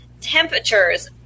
temperatures